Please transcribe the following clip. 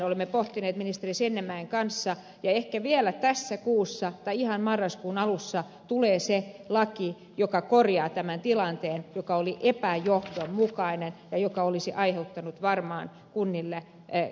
olemme pohtineet asiaa ministeri sinnemäen kanssa ja ehkä vielä tässä kuussa tai ihan marraskuun alussa tulee se laki joka korjaa tämän tilanteen joka oli epäjohdonmukainen ja joka olisi aiheuttanut varmaan kunnille kustannuksia